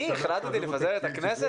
אני החלטתי לפזר את הכנסת?